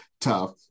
tough